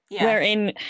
wherein